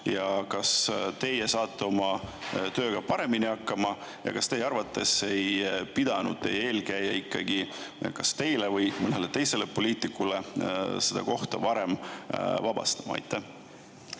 Kas teie saate oma tööga paremini hakkama? Kas teie arvates ei oleks teie eelkäija ikkagi pidanud kas teile või mõnele teisele poliitikule seda kohta varem vabastama? Aitäh!